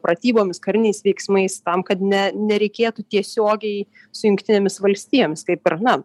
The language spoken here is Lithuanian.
pratybomis kariniais veiksmais tam kad ne nereikėtų tiesiogiai su jungtinėmis valstijoms kaip ir na